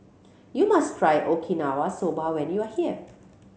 you must try Okinawa Soba when you are here